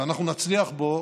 ואנחנו נצליח בו